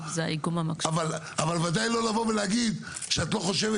אבל ודאי לא לבוא ולהגיד שאת לא חושבת